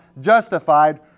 justified